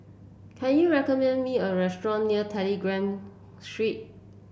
can you recommend me a restaurant near Telegraph Street